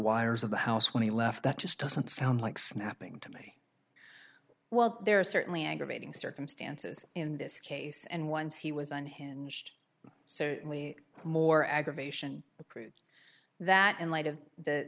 wires of the house when he left that just doesn't sound like snapping to me well there are certainly aggravating circumstances in this case and once he was unhinged certainly more aggravation approved that in light of